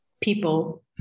people